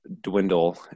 dwindle